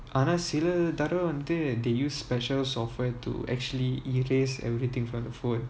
ஆனா சில தடவ வந்து:aana sila thadava vanthu they use special software to actually erase everything from the phone